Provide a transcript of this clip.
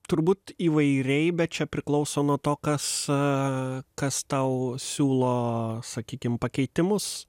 turbūt įvairiai bet čia priklauso nuo to kas kas tau siūlo sakykim pakeitimus